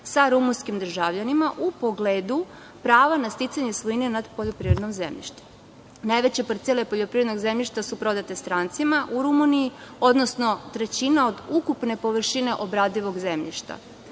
sa rumunskim državljanima u pogledu prava na sticanja svojine nad poljoprivrednim zemljištem. Najveće parcele poljoprivrednog zemljišta su prodate strancima u Rumuniji, odnosno trećina od ukupne površine obradivog zemljišta.